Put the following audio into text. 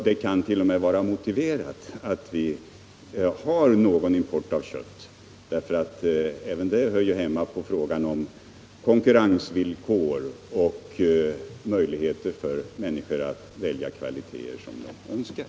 Det kan t.o.m. vara motiverat att vi har någon import av kött därför att det hör hemma under frågan om konkurrensvillkor och möjligheter för människorna att välja de kvaliteter de önskar.